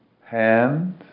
hand